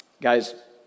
Guys